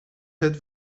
het